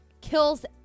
Kills